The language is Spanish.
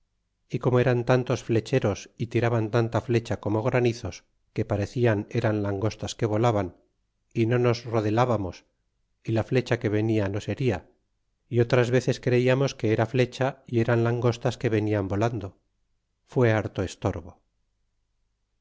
y como eran tantos flecheros y tiraban tanta flecha como granizos que parecian eran langostas que volaban y no nos rodelababamos y la flecha que venia nos hería y otras veces creiarcos que era flecha y eran langostas que venial volando fue harto estorbo